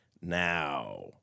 now